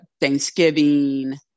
Thanksgiving